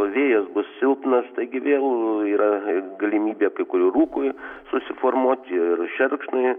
vėjas bus silpnas taigi vėl yra galimybė kai kur ir rūkui susiformuot ir šerkšnui